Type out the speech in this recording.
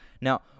now